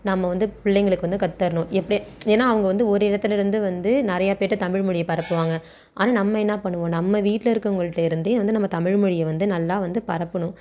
நம்ம வந்து பிள்ளைங்களுக்கு வந்து கற்று தரணும் எப்படி ஏனால் அவங்க வந்து ஒரு இடத்துலேருந்து வந்து நிறையா பேர்கிட்ட தமிழ்மொழியை பரப்புவாங்க ஆனால் நம்ம என்ன பண்ணுவோம் நம்ம வீட்டில் இருக்கிறவங்கள்டருந்தே வந்து நம்ம தமிழ்மொழியை வந்து நல்லா வந்து பரப்பணும்